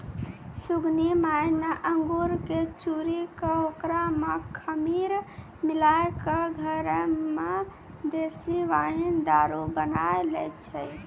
सुगनी माय न अंगूर कॅ चूरी कॅ होकरा मॅ खमीर मिलाय क घरै मॅ देशी वाइन दारू बनाय लै छै